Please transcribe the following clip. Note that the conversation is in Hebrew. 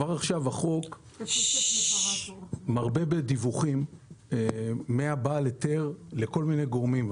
כבר עכשיו החוק מרבה בדיווחים מבעל ההיתר לכל מיני גורמים.